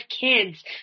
kids